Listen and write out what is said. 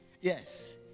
Yes